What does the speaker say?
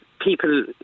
people